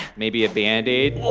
maybe a band-aid?